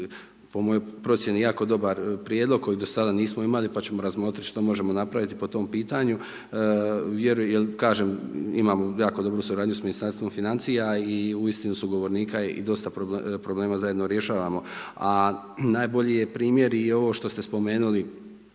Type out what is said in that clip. po mojoj procijeni jako dobar prijedlog koji do sada nismo imali, pa ćemo razmotriti što možemo napraviti po tom pitanju. Kažem, imam jako dobru suradnju sa Ministarstvom financija i uistinu sugovornika i dosta problema zajedno rješavamo. A najbolji je primjer i ovo što ste spomenuli